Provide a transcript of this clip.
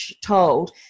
told